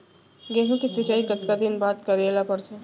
गेहूँ के सिंचाई कतका दिन बाद करे ला पड़थे?